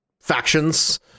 factions